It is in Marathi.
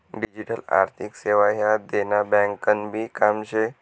डिजीटल आर्थिक सेवा ह्या देना ब्यांकनभी काम शे